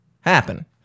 happen